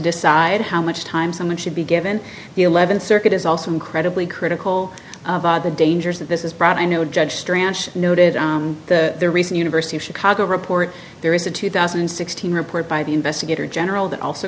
decide how much time someone should be given the eleventh circuit is also incredibly critical of the dangers that this is brought i know judge noted the recent university of chicago report there is a two thousand and sixteen report by the investigator general that also